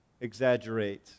exaggerate